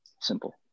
simple